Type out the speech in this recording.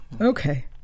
Okay